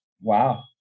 Wow